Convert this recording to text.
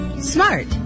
smart